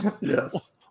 Yes